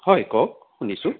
হয় কওক শুনিছোঁ